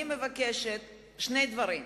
אני מבקשת שני דברים.